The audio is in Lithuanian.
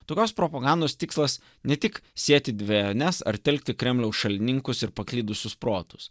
tokios propagandos tikslas ne tik sėti dvejones ar telkti kremliaus šalininkus ir paklydusius protus